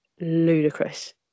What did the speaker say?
ludicrous